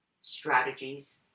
strategies